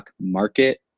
Market